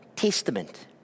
Testament